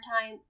time